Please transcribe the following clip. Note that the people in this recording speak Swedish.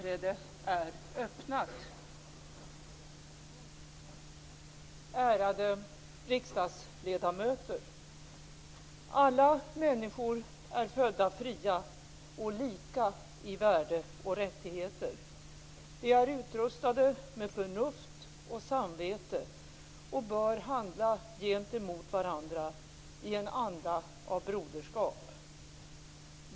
Ärade riksdagsledamöter! "Alla människor är födda fria och lika i värde och rättigheter. De är utrustade med förnuft och samvete och bör handla gentemot varandra i en anda av broderskap."